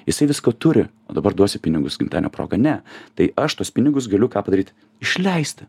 jisai visko turi o dabar duosi pinigus gimtadienio proga ne tai aš tuos pinigus galiu ką padaryt išleisti